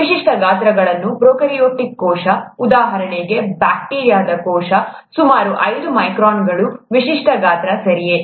ವಿಶಿಷ್ಟ ಗಾತ್ರಗಳು ಪ್ರೊಕಾರ್ಯೋಟಿಕ್ ಕೋಶ ಉದಾಹರಣೆಗೆ ಬ್ಯಾಕ್ಟೀರಿಯಾದ ಕೋಶ ಸುಮಾರು ಐದು ಮೈಕ್ರಾನ್ಗಳು ವಿಶಿಷ್ಟ ಗಾತ್ರ ಸರಿಯೇ